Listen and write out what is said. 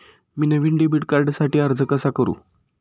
मी नवीन डेबिट कार्डसाठी अर्ज कसा करू?